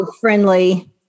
friendly